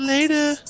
Later